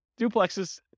duplexes